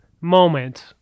moment